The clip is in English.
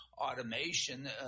automation